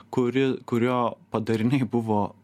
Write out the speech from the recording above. kuri kurio padariniai buvo